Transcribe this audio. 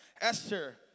Esther